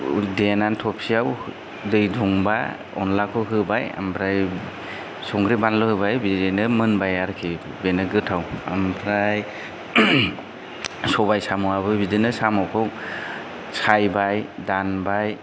देनानै थबसियाव दै दुंबा अनलाखौ होबाय ओमफ्राय संख्रै बानलु होबाय बिदिनो मोनबाय आरोखि बेनो गोथाव ओमफ्राय सबाय साम'आबो बिदिनो साम'खौ सायबाय दानबाय